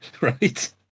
Right